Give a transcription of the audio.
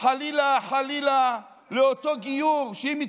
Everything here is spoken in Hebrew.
חלילה, חלילה, לאותו גיור, שאם יתקבל,